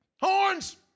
Horns